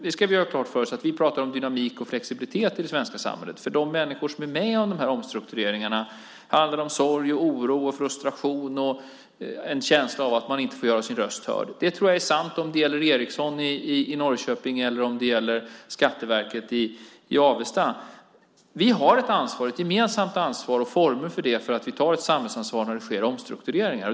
Vi ska ha klart för oss när vi pratar om dynamik och flexibilitet i det svenska samhället att för de människor som är med om de här omstruktureringarna handlar det om sorg, oro, frustration och en känsla av att man inte får göra sin röst hörd. Det tror jag är sant om det gäller Ericsson i Norrköping eller om det gäller Skatteverket i Avesta. Vi har ett gemensamt ansvar och former för att ta ett samhällsansvar när det sker omstruktureringar.